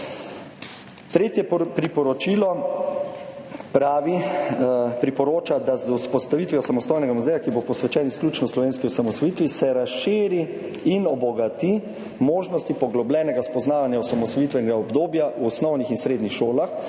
Tretje priporočilo pravi, priporoča, da se z vzpostavitvijo samostojnega muzeja, ki bo posvečen izključno slovenski osamosvojitvi, razširi in obogati možnosti poglobljenega spoznavanja osamosvojitvenega obdobja v osnovnih in srednjih šolah,